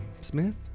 Smith